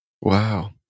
Wow